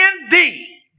indeed